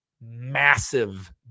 massive